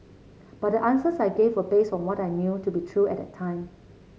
but the answers I gave were based on what I knew to be true at the time